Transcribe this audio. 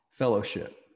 fellowship